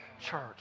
church